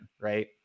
right